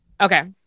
Okay